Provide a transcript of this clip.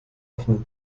offenen